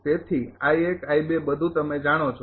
તેથી બધુ તમે જાણો છો